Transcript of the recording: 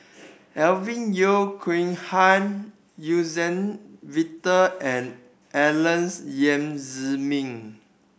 Alvin Yeo Khirn Hai Suzann Victor and Alex Yam Ziming